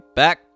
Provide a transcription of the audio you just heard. back